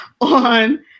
on